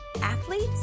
athletes